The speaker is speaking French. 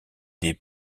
des